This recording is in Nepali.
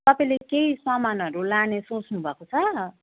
तपाईँले केही सामानहरू लाने सोच्नु भएको छ